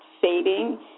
fading